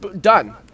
Done